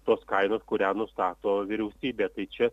tos kainos kurią nustato vyriausybė tai čia